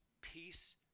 peace